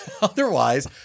otherwise